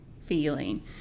feeling